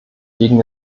gegen